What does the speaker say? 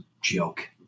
joke